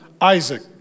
Isaac